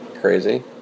crazy